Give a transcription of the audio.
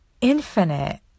infinite